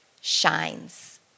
shines